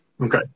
okay